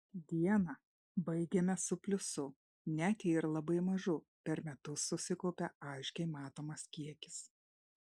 dieną baigiame su pliusu net jei ir labai mažu per metus susikaupia aiškiai matomas kiekis